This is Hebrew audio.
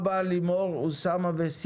מה לוחות הזמנים, באיזה תקציב מדובר ומה מקורותיו.